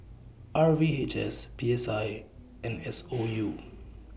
R V H S P S I and S O U